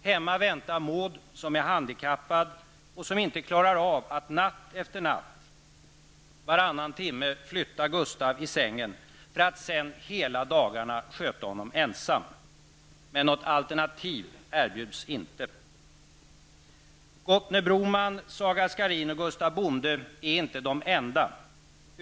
Hemma väntar Maud som är handikappad och som inte klarar av att natt efter natt, varannan timme, flytta på Gustaf i sängen, för att sedan hela dagarna ensam sköta honom. Men något alternativ erbjuds inte. Gottne Broman, Saga Skarin och Gustaf Bonde är inte de enda.